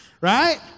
right